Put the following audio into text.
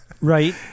right